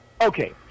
Okay